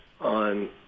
on